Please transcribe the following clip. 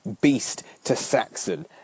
beast-to-Saxon